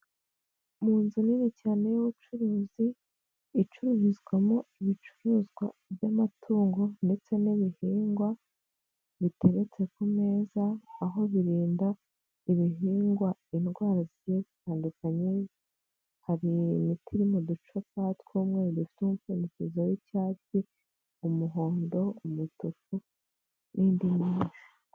Mu nzu nini cyane y'ubucuruzi icururizwamo ibicuruzwa by'amatungo ndetse n'ibihingwa biteretse ku meza aho birinda ibihingwa indwara zigiye zitandukanye, hari imiti iri mu ducupa tw'umweru dufite umupfundikizo w'icyatsi, umuhondo, umutuku, n'indi myinshi.